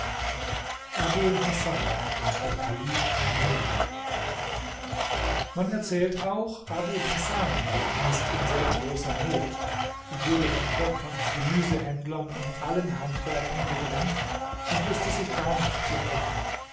hasan und der kalif mamun man erzählt auch abu hasan war einst in sehr großer not er wurde von bäckern gemüsehändlern und allen handwerkern gedrängt und wußte sich gar nicht zu helfen